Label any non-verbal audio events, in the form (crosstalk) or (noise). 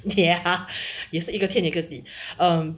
ya (laughs) 也是一个天一个地 err mm